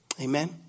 Amen